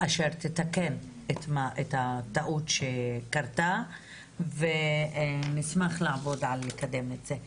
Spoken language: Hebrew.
אשר תתקן את הטעות שקרתה ונשמח לקדם את זה.